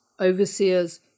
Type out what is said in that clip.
overseers